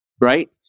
right